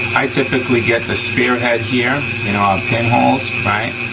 i typically get the spearhead here in our pinholes, right?